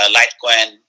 Litecoin